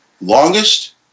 longest